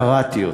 קראתי אותו.